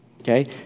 okay